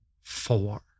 four